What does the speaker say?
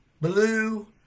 blue